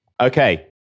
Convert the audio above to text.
Okay